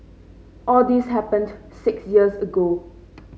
all this happened six years ago